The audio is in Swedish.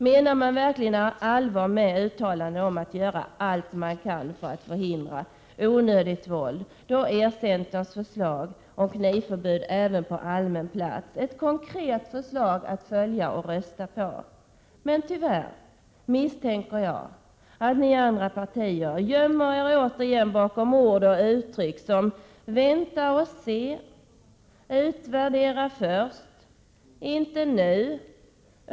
Menar man verkligen allvar med uttalandena om att göra allt man kan för att förhindra onödigt våld kan man konkret förverkliga det genom att rösta för centerns förslag om knivförbud även på allmän plats. Tyvärr misstänker jag att ni i de andra partierna återigen kommer att gömma er bakom ord och uttryck som: Vänta och se! Utvärdera först! Inte nu!